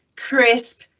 crisp